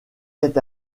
est